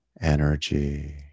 energy